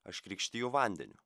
aš krikštiju vandeniu